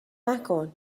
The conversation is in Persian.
نکن